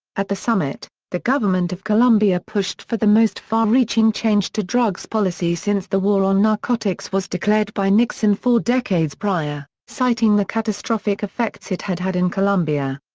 at the summit, the government of colombia pushed for the most far-reaching change to drugs policy since the war on narcotics narcotics was declared by nixon four decades prior, citing the catastrophic effects it had had in colombia.